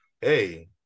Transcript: hey